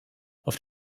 auf